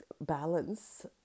balance